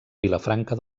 vilafranca